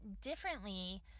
differently